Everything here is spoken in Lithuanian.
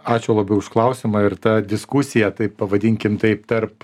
ačiū labiau už klausimą ir tą diskusiją taip pavadinkim taip tarp